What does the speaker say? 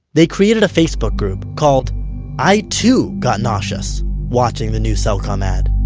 they created a facebook group called i too got nauseous watching the new cellcom ad.